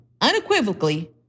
Unequivocally